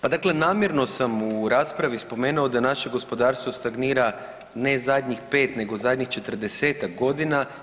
Pa dakle namjerno sam u raspravi spomenuo da naše gospodarstvo stagnira ne zadnjih 5, nego zadnjih 40-tak godina.